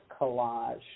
collage